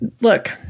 look